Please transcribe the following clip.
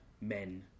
men